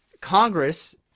Congress